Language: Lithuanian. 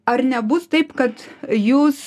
ar nebus taip kad jūs